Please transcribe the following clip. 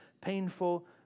painful